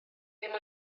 ddim